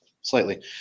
Slightly